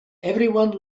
everyone